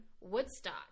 Woodstock